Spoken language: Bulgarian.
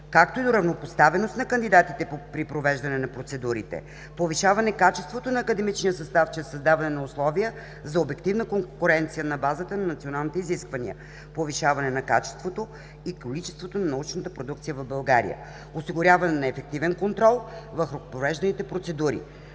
както и равнопоставеност на кандидатите при провеждане на процедурите, повишаване качеството на академичния състав чрез създаване на условия за обективна конкуренция на базата на националните изисквания, повишаване на качеството и количеството на научната продукция в България, осигуряване на ефективен контрол в провежданите процедури.